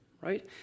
right